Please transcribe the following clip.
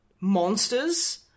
monsters